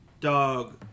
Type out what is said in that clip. dog